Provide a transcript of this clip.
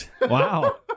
Wow